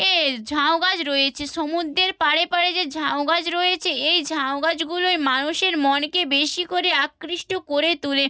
এ ঝাউগাছ রয়েছে সমুদ্রের পাড়ে পাড়ে যে ঝাউগাছ রয়েছে এই ঝাউগাছগুলোই মানুষের মনকে বেশি করে আকৃষ্ট করে তোলে